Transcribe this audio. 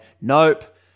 nope